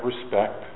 respect